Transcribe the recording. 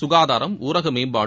களதாரம் ஊரக மேம்பாடு